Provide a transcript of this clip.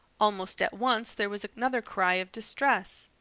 almost at once there was another cry of distress.